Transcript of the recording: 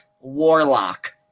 Warlock